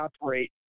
operate